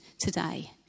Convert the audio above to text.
today